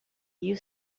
you